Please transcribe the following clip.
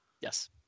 Yes